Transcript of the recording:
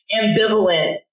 ambivalent